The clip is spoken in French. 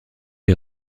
est